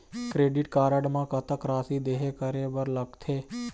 Credit card म कतक राशि देहे करे बर लगथे?